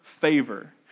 favor